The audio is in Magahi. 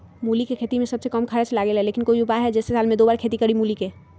मूली के खेती में सबसे कम खर्च लगेला लेकिन कोई उपाय है कि जेसे साल में दो बार खेती करी मूली के?